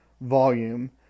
volume